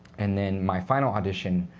and then my final audition,